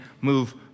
move